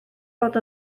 bod